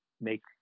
make